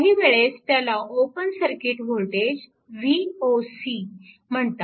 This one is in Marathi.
काही वेळेस त्याला ओपन सर्किट वोल्टेज Voc म्हणतात